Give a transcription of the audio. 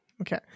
Okay